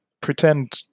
pretend